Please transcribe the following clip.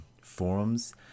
forums